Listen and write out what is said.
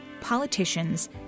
politicians